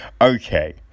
Okay